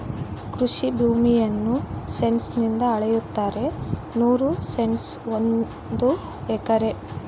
ಕೃಷಿ ಭೂಮಿಯನ್ನು ಸೆಂಟ್ಸ್ ನಿಂದ ಅಳೆಯುತ್ತಾರೆ ನೂರು ಸೆಂಟ್ಸ್ ಒಂದು ಎಕರೆ